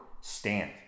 stand